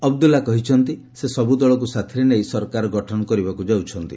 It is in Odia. ଅବଦୁଲା କହିଛନ୍ତି ସେ ସବୁଦଳକୁ ସାଥୀରେ ନେଇ ସରକାର ଗଠନ କରିବାକୁ ଯାଉଛନ୍ତି